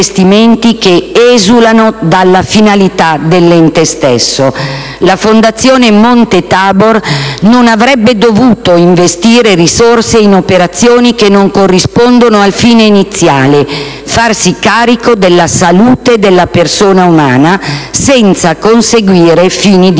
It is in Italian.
che esulano dalla finalità dell'ente stesso. La Fondazione Monte Tabor non avrebbe dovuto investire risorse in operazioni che non corrispondono al fine iniziale: farsi carico della salute della persona umana senza conseguire fini di